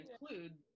include